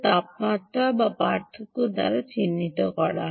তাপমাত্রা পার্থক্য বা পার্থক্য দ্বারা চিহ্নিত করা হয়